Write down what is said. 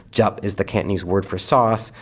chup is the cantonese word for sauce,